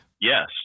Yes